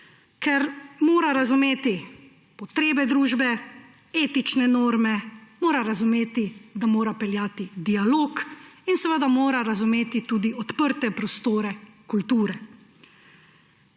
ker mora razumeti potrebe družbe, etične norme, mora razumeti, da mora peljati dialog in mora razumeti tudi odprte prostore kulture.